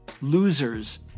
Losers